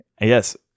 Yes